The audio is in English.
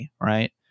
Right